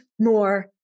more